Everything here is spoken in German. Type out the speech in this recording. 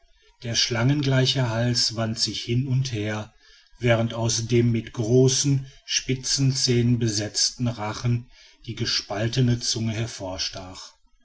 der schlangengleiche hals wand sich hin und her während aus dem mit großen spitzigen zähnen besetzten rachen die gespaltete zunge